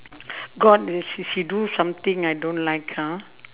got uh she she do something I don't like ha